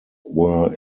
were